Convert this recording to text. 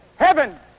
Heaven